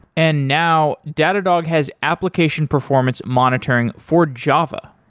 and now datadog has application performance monitoring for java.